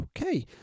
okay